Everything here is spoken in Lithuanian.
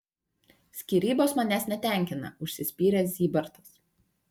skyrybos manęs netenkina užsispyrė zybartas